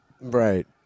Right